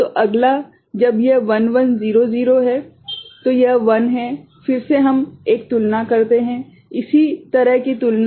तो अगला जब यह 1100 है तो यह 1 है फिर से हम एक तुलना करते हैं इसी तरह की तुलना